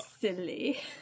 silly